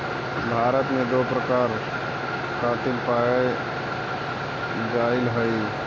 भारत में दो प्रकार कातिल पाया जाईल हई